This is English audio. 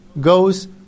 goes